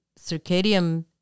circadian